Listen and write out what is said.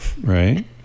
right